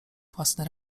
własne